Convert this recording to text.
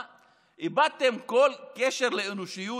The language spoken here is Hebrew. מה, איבדתם כל קשר לאנושיות?